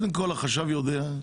החשב יודע,